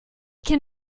can